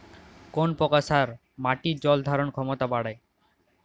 কোন প্রকার সার মাটির জল ধারণ ক্ষমতা বাড়ায়?